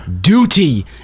duty